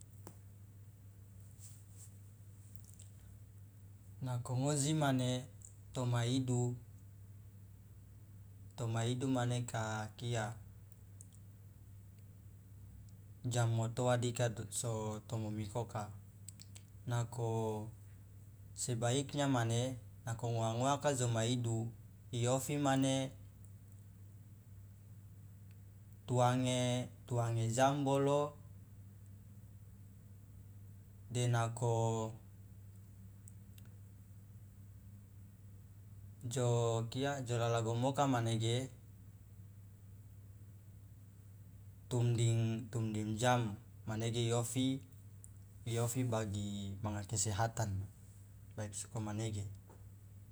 Nako ngoji mane toma idu toma idu mane ka kia jam motoa dika to so tomomikoka nako sebaiknya mane ngooa ngoaka joma idu iofi mane tuange jam bolo denako jo kia jo lalagomoka nege tumding jam manege iofi bagi manga kesehatan baik sokomanege.